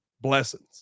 blessings